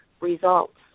results